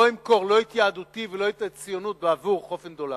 לא אמכור לא את יהדותי ולא את הציונות בעבור חופן דולרים.